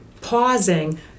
pausing